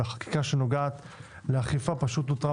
ושהחקיקה שנוגעת לאכיפה פשוט נותרה